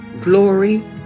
glory